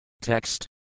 Text